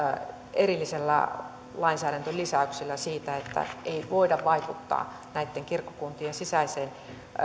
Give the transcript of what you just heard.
erillisellä lainsäädäntölisäyksellä siitä että ei voida vaikuttaa näitten kirkkokuntien sisäiseen